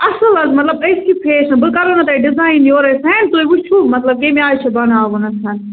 اَصٕل حظ مطلب أزکہِ فیشنہٕ بہٕ کَرہو نا تۄہہِ ڈِزایِن یورَے سٮ۪نٛڈ تُہۍ وُچھِو مطلب کیٚمہِ آیہِ چھِ بَناوُن